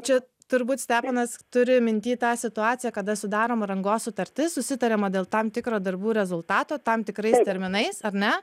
čia turbūt steponas turi minty tą situaciją kada sudaroma rangos sutartis susitariama dėl tam tikro darbų rezultato tam tikrais terminais ar ne